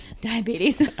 Diabetes